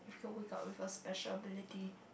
if you could wake up with a special ability